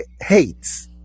hates